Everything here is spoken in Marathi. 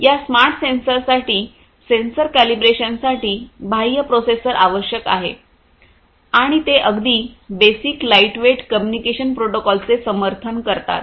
या स्मार्ट सेन्सरसाठी सेन्सर कॅलिब्रेशनसाठी बाह्य प्रोसेसर आवश्यक आहे आणि ते अगदी बेसिक लाइटवेट कम्युनिकेशन प्रोटोकॉलचे समर्थन करतात